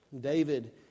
David